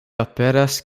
aperas